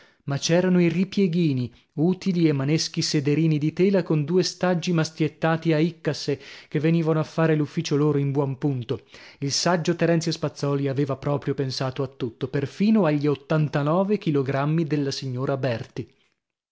ma c'erano i ripieghini utili e maneschi sederini di tela coi due staggi mastiettati a iccase che venivano a fare l'ufficio loro in buon punto il saggio terenzio spazzòli aveva proprio pensato a tutto perfino agli ottantanove chilogrammi della signora berti